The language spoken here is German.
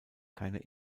keine